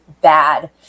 bad